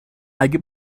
اگه